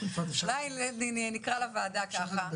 אולי נקרא לוועדה ככה.